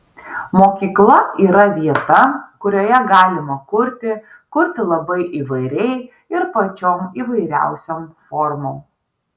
mokykla yra vieta kurioje galima kurti kurti labai įvairiai ir pačiom įvairiausiom formom